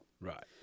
Right